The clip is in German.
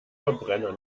verbrenner